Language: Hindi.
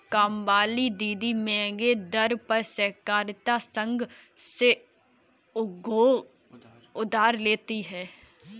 कामवाली दीदी महंगे दर पर सहकारिता संघ से उधार लेती है